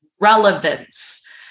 relevance